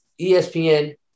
ESPN